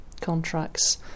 contracts